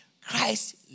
Christ